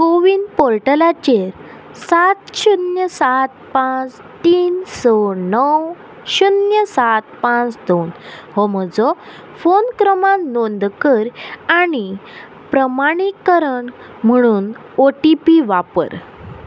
कोविन पोर्टलाचेर सात शुन्य सात पांच तीन स णव शुन्य सात पांच दोन हो म्हजो फोन क्रमांक नोंद कर आनी प्रमाणीकरण म्हुणून ओ टी पी वापर